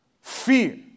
fear